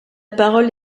parole